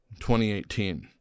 2018